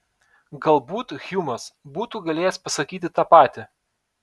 galbūt hjumas būtų galėjęs pasakyti tą patį